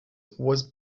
was